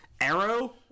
arrow